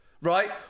right